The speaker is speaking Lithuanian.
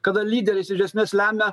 kada lyderis iš esmės lemia